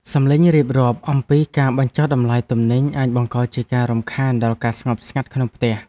សំឡេងរៀបរាប់អំពីការបញ្ចុះតម្លៃទំនិញអាចបង្កជាការរំខានដល់ការស្ងប់ស្ងាត់ក្នុងផ្ទះ។